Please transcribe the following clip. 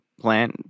plant